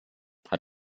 hat